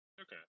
Okay